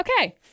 Okay